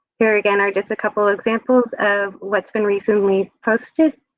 here again are just a couple of examples of what's been recently posted.